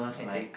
I see